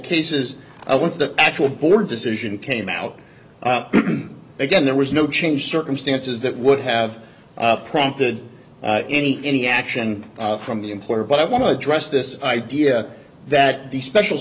cases i went to the actual board decision came out again there was no change circumstances that would have prompted any any action from the employer but i want to address this idea that the special